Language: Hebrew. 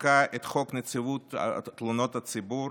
חוקקה את חוק נציבות תלונות הציבור